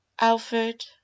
Alfred